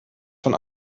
von